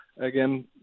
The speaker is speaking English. Again